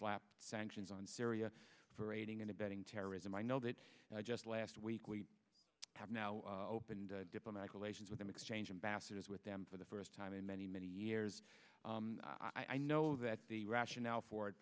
slapped sanctions on syria for aiding and abetting terrorism i know that just last week we have now opened diplomatic relations with them exchanging baskets with them for the first time in many many years i know that the rationale for it